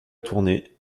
tournée